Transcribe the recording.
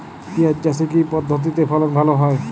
পিঁয়াজ চাষে কি পদ্ধতিতে ফলন ভালো হয়?